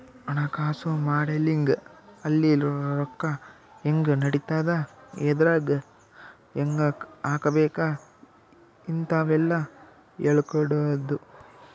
ಹಣಕಾಸು ಮಾಡೆಲಿಂಗ್ ಅಲ್ಲಿ ರೊಕ್ಕ ಹೆಂಗ್ ನಡಿತದ ಎದ್ರಾಗ್ ಹೆಂಗ ಹಾಕಬೇಕ ಇಂತವೆಲ್ಲ ಹೇಳ್ಕೊಡೋದು